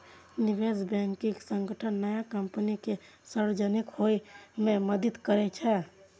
निवेश बैंकिंग संगठन नया कंपनी कें सार्वजनिक होइ मे मदति करै छै